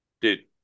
dude